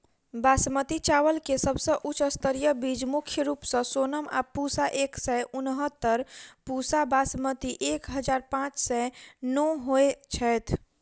बासमती चावल केँ सबसँ उच्च स्तरीय बीज मुख्य रूप सँ सोनम आ पूसा एक सै उनहत्तर, पूसा बासमती एक हजार पांच सै नो होए छैथ?